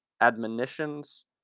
admonitions